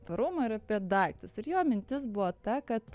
tvarumą ir apie daiktus ir jo mintis buvo ta kad